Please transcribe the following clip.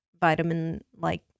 vitamin-like